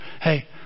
Hey